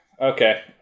Okay